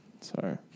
Sorry